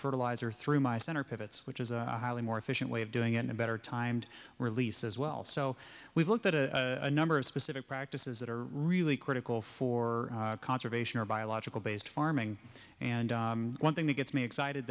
fertilizer through my center pivots which is a highly more efficient way of doing it in a better timed release as well so we've looked at a number of specific practices that are really critical for conservation or biological based farming and one thing that gets me excited